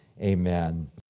amen